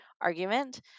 argument